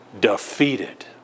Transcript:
defeated